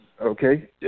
Okay